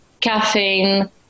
caffeine